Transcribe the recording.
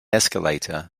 escalator